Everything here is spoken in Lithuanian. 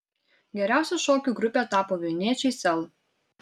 geriausia šokių grupe tapo vilniečiai sel